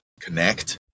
connect